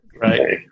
Right